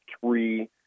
three